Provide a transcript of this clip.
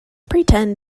pretend